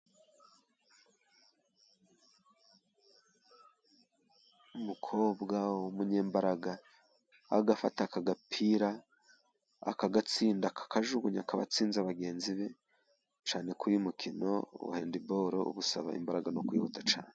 Umukobwa w' umunyembaraga afata aka gapira akagatsinda akakajugunya, akaba atsinze bagenzi be, cyane ko uyu mukino wa hendiboro uba usaba imbaraga no kwihuta cyane.